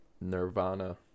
nirvana